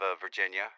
Virginia